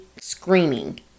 screaming